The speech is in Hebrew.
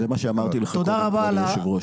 זה מה שאמרתי לך קודם, כבוד היו"ר.